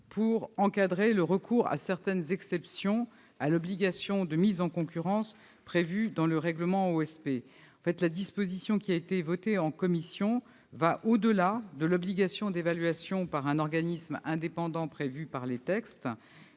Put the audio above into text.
pour encadrer le recours à certaines exceptions à l'obligation de mise en concurrence prévues dans le règlement OSP. La disposition qui a été adoptée en commission va au-delà de l'obligation d'évaluation par un organisme indépendant prévue par les textes.